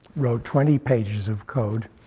wrote twenty pages of code.